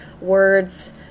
words